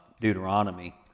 Deuteronomy